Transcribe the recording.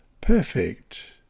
perfect